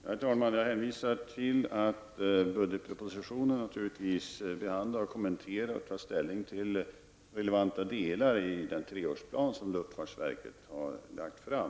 Herr talman! Jag hänvisar till att vi i budgetpropositionen naturligtvis behandlar, kommenterar och tar ställning till relevanta delar i den treårsplan som luftfartsverket har lagt fram.